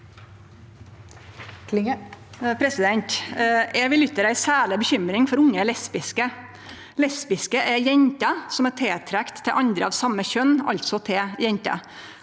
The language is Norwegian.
Eg vil ytre ei særleg bekymring for unge lesbiske. Lesbiske er jenter som er tiltrekte til andre av same kjønn, altså til jenter.